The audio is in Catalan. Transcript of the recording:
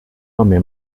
home